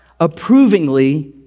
approvingly